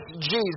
Jesus